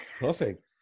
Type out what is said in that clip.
perfect